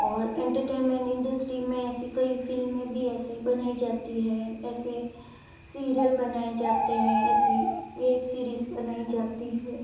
और entertainment industry में ऐसी कोई फ़िल्में भी ऐसे ही बनाई जाती है ऐसे सीरियल बनाए जाते हैं ऐसी वेब सीरीज़ बनाई जाती है